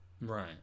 Right